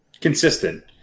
Consistent